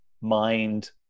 mind